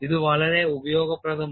ഇത് വളരെ ഉപയോഗപ്രദമാണ്